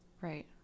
Right